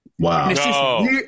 Wow